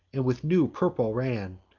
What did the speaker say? and with new purple ran.